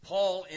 Paul